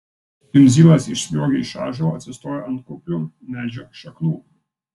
jundzilas išsliuogia iš ąžuolo atsistoja ant kuplių medžio šaknų